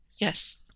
Yes